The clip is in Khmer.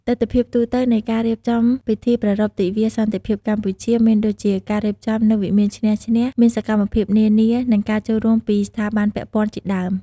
ទិដ្ឋភាពទូទៅនៃការរៀបចំពិធីប្រារព្ធទិវាសន្តិភាពកម្ពុជាមានដូចជា ការរៀបចំនៅវិមានឈ្នះ-ឈ្នះ មានសកម្មភាពនានា និងការចូលរួមពីស្ថាប័នពាក់ព័ន្ធជាដើម។